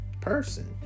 person